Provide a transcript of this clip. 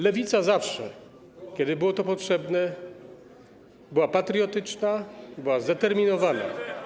Lewica zawsze, kiedy było to potrzebne, była patriotyczna, była zdeterminowana.